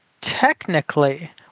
technically